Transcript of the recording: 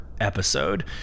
episode